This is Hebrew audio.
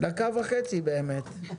דקה וחצי באמת.